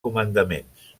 comandaments